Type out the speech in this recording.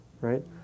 right